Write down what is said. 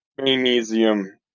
magnesium